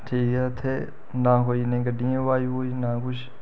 ठीक ऐ इत्थें ना कोई इन्नी गड्डियें दी अवाज़ अबूज ना कुछ